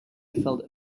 felt